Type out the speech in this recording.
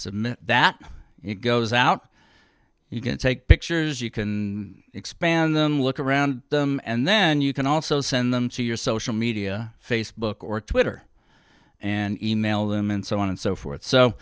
submit that it goes out you can take pictures you can expand them look around them and then you can also send them to your social media facebook or twitter and e mail them and so on and so forth so